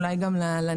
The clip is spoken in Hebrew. ואולי גם לנגב,